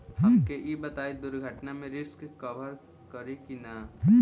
हमके ई बताईं दुर्घटना में रिस्क कभर करी कि ना?